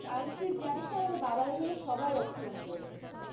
আর তুই জানিস না আমাদের বাবা দাদারা সবাই রক্তদান করেছে